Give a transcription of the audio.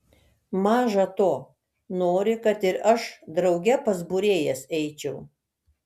maža to nori kad ir aš drauge pas būrėjas eičiau